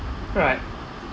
right